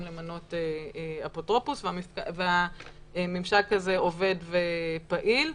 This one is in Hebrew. למנות אפוטרופוס והממשק הזה עובד ופעיל.